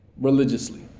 religiously